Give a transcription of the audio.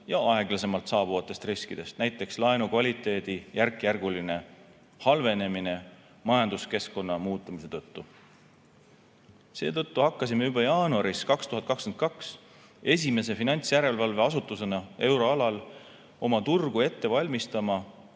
ja aeglasemalt saabuvatest riskidest, näiteks laenukvaliteedi järkjärguline halvenemine majanduskeskkonna muutumise tõttu. Seetõttu hakkasime juba 2022. aasta jaanuaris esimese finantsjärelevalveasutusena euroalal oma turgu valmistama